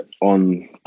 on